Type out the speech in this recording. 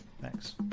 Thanks